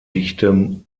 dichtem